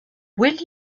will